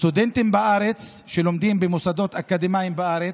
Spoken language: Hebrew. סטודנטים בארץ, שלומדים במוסדות אקדמיים בארץ,